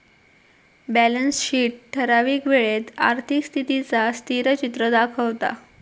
balance sheet ठरावीक वेळेत आर्थिक स्थितीचा स्थिरचित्र दाखवता